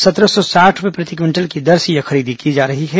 सत्रह सौ साठ रूपए प्रति क्विंटल की दर यह खरीदी की जा रही है